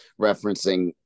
referencing